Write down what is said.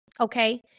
Okay